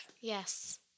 Yes